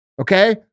okay